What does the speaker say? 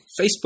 Facebook